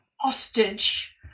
hostage